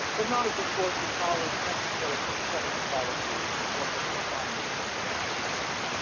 but not as a source of knowledge necessary for the setting of policy or for the refinement of intervention methods.